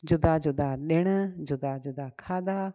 जुदा जुदा ॾिणु जुदा जुदा खाधा